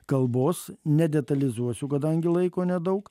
kalbos nedetalizuosiu kadangi laiko nedaug